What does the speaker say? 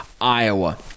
Iowa